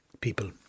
people